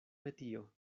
metio